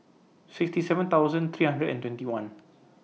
sixty seven thousand three hundred and twenty one